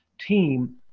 Team